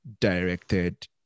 directed